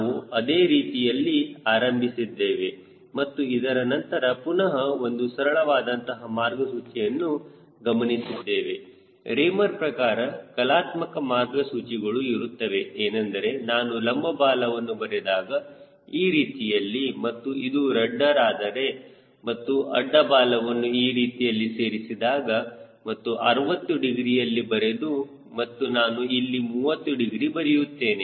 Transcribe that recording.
ನಾವು ಅದೇ ರೀತಿಯಲ್ಲಿ ಆರಂಭಿಸಿದ್ದೇವೆ ಮತ್ತು ಇದರ ನಂತರ ಪುನಹ ಒಂದು ಸರಳವಾದಂತಹ ಮಾರ್ಗಸೂಚಿಯನ್ನು ಗಮನಿಸಿದ್ದೇವೆ ರೇಮರ್ ಪ್ರಕಾರ ಕಲಾತ್ಮಕ ಮಾರ್ಗಸೂಚಿಗಳು ಇರುತ್ತವೆ ಏಕೆಂದರೆ ನಾನು ಲಂಬ ಬಾಲವನ್ನು ಬರೆದಾಗ ಈ ರೀತಿಯಲ್ಲಿ ಮತ್ತು ಇದು ರಡ್ಡರ್ ಆದರೆ ಮತ್ತು ಅಡ್ಡ ಬಾಲವನ್ನು ಈ ರೀತಿಯಲ್ಲಿ ಸೇರಿಸಿದಾಗ ಮತ್ತು 60 ಡಿಗ್ರಿಯಲ್ಲಿ ಬರೆದು ಮತ್ತು ನಾನು ಇಲ್ಲಿ 30 ಡಿಗ್ರಿ ಬರೆಯುತ್ತೇನೆ